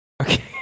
Okay